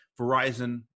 Verizon